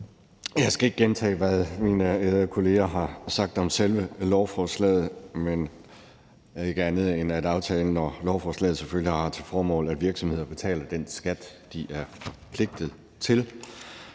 Jeg skal ikke gentage, hvad mine ærede kollegaer har sagt om selve lovforslaget – ikke andet end at aftalen og lovforslaget selvfølgelig har til formål, at virksomheder betaler den skat, de er forpligtet til.